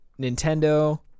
Nintendo